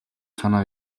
санаа